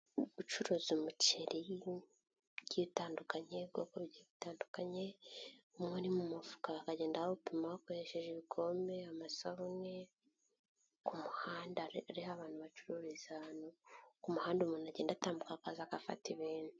Gucuruza umuceri ugiye utandukanye, ubwoko bugiye butandukanye, umwe uri mu mufuka bakagenda bawupima bakoresheje ibikombe, amasabune, ku muhanda ariho abantu bacururiza ahantu, ku muhanda umuntu agenda atambuka akaza agafata ibintu.